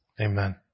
Amen